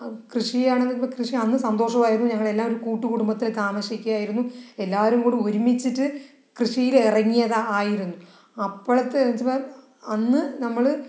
കൃഷിയാണെന്ന് ഇപ്പോൾ കൃഷി അന്ന് സന്തോഷമായിരുന്നു ഞങ്ങള് എല്ലാം ഒര് കൂട്ടുകുടുംബത്തില് താമസിക്കുകയായിരുന്നു എല്ലാരും കൂടി ഒരുമിച്ചിട്ട് കൃഷിയിലിറങ്ങിയതായിരുന്നു അപ്പോഴത്തെ അന്ന് നമ്മള്